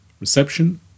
Reception